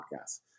podcast